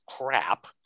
crap